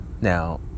Now